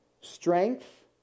strength